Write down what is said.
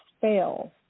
fail